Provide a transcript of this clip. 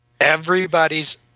everybody's